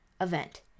event